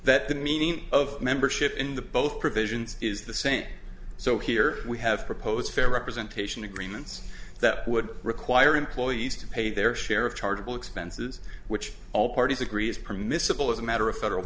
the meaning of membership in the both provisions is the same so here we have proposed fair representation agreements that would require employees pay their share of chargeable expenses which all parties agree is permissible as a matter of federal